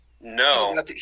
No